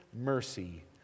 mercy